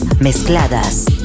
mezcladas